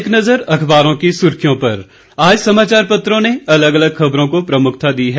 एक नज़र अखबारों की सुर्खियों पर आज समाचार पत्रों ने अलग अलग खबरों को प्रमुखता दी है